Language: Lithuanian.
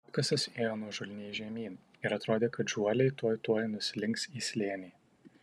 apkasas ėjo nuožulniai žemyn ir atrodė kad žuoliai tuoj tuoj nuslinks į slėnį